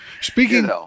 speaking